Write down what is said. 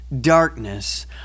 darkness